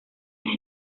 las